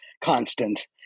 constant